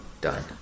done